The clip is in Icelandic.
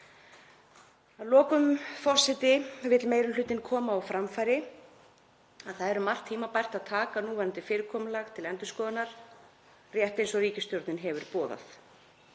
Að lokum, forseti, vill meiri hlutinn koma á framfæri að það er um margt tímabært að taka núverandi fyrirkomulag til endurskoðunar rétt eins og ríkisstjórnin hefur boðað.